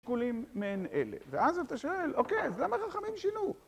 שיקולים מעין אלה. ואז אתה שואל, אוקיי, אז למה חכמים שינו?